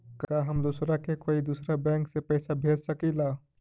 का हम दूसरा के कोई दुसरा बैंक से पैसा भेज सकिला?